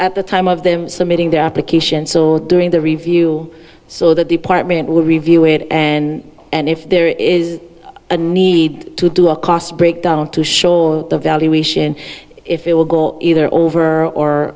at the time of them submitting their application during the review so the department will review it and and if there is a need to do a cost breakdown to show the valuation if it will go either over or